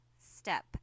step